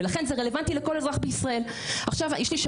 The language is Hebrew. לכן זה רלוונטי לכל אזרח בישראל.